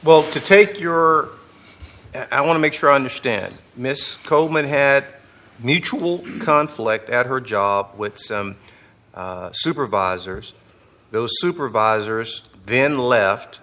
well to take your i want to make sure i understand miss coleman had mutual conflict at her job with supervisors those supervisors then left